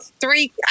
three